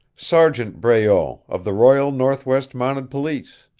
sergeant breault, of the royal northwest mounted police.